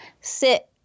sit